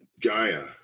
Gaia